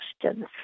questions